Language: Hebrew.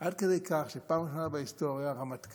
עד כדי כך שבפעם הראשונה בהיסטוריה הרמטכ"ל,